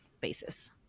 basis